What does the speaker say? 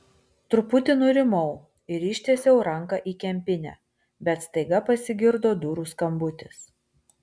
truputį nurimau ir ištiesiau ranką į kempinę bet staiga pasigirdo durų skambutis